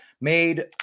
made